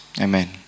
Amen